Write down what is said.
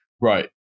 right